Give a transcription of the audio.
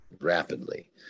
rapidly